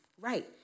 right